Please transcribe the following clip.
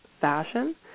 fashion